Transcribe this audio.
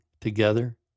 together